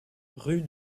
rue